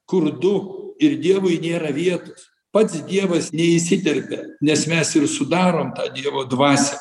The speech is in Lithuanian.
kur du ir dievui nėra vietos pats dievas neįsiterpia nes mes ir sudarom tą dievo dvasią